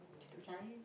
macam tak percaya je